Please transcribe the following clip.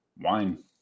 Wine